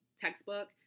textbook